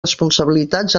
responsabilitats